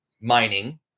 mining